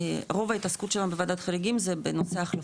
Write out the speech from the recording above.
רוב ההתעסקות שלנו בוועדת חריגים זה בנושא החלפות,